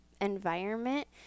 environment